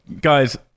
guys